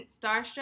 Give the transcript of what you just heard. starstruck